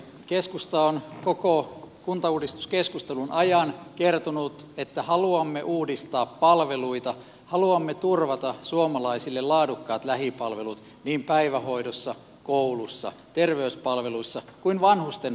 keskusta on koko kuntauudistuskeskustelun ajan kertonut että haluamme uudistaa palveluita haluamme turvata suomalaisille laadukkaat lähipalvelut niin päivähoidossa koulussa terveyspalveluissa kuin vanhustenhoivassa